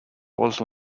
also